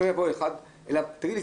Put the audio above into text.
יבוא אותו אחד אליו וישאל: תגיד לי,